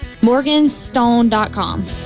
Morganstone.com